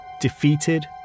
defeated